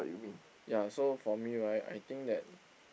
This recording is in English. ya so for me right I think that